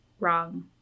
Wrong